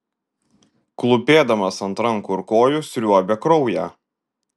klūpėdamas ant rankų ir kojų sriuobė kraują